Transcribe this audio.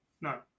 No